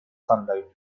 sunlight